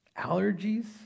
allergies